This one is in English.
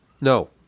No